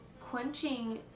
quenching